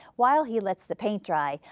while he lets the paint dry,